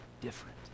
different